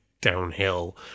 downhill